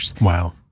Wow